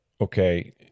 okay